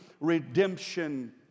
redemption